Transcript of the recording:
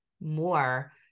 more